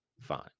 Fine